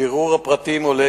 מבירור הפרטים עולה,